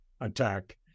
attack